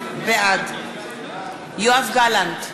בעד יואב גלנט,